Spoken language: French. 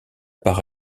par